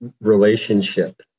relationship